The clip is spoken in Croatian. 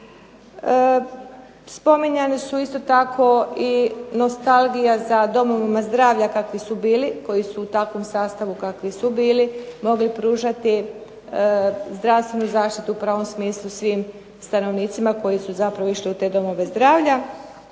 Spominjani su isto tako i nostalgija za domovima zdravlja kakvi su bili, koji su u takvom sastavu kakvi su bili mogli pružati zdravstvenu zaštitu u pravom smislu svim stanovnicima koji su zapravo išli u te domove zdravlja.